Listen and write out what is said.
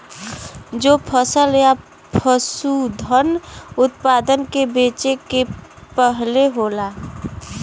जो फसल या पसूधन उतपादन के बेचे के पहले होला